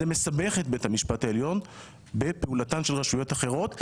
זה מסבך את בית המשפט העליון בעת פעולתן של רשויות אחרות.